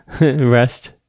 Rest